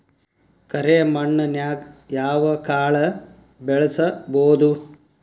ಕರೆ ಮಣ್ಣನ್ಯಾಗ್ ಯಾವ ಕಾಳ ಬೆಳ್ಸಬೋದು?